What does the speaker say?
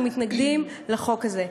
אנחנו מתנגדים לחוק הזה.